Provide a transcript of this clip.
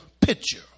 picture